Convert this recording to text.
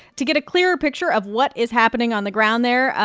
to get a clearer picture of what is happening on the ground there,